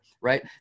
right